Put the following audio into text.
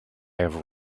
have